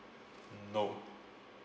no